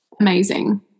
amazing